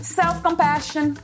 self-compassion